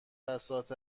بساط